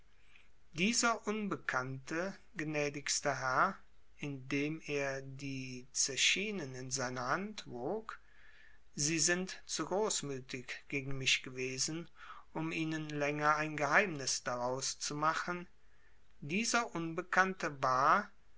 dieser unbekannte gnädigster herr indem er die zechinen in seiner hand wog sie sind zu großmütig gegen mich gewesen um ihnen länger ein geheimnis daraus zu machen dieser unbekannte war